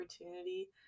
opportunity